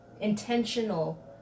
intentional